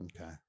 Okay